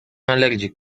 allergic